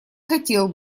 хотел